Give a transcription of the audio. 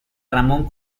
ramón